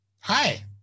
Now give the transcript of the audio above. Hi